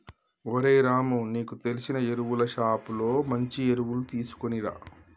ఓరై రాము నీకు తెలిసిన ఎరువులు షోప్ లో మంచి ఎరువులు తీసుకునిరా